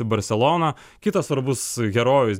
į barseloną kitas svarbus herojus